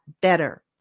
better